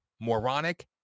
moronic